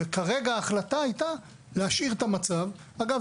כרגע ההחלטה הייתה להשאיר את המצב אגב,